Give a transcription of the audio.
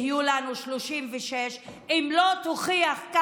יהיו לנו 36 אם לא תוכיח היום,